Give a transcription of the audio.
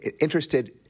interested